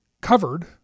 covered